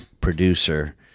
producer